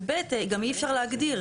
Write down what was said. ו-ב', גם אי אפשר להגדיר.